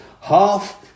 Half